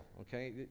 okay